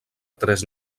tres